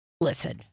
Listen